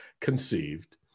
conceived